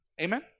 Amen